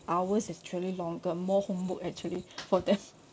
hours is actually longer more homework actually for them